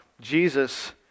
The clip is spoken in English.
Jesus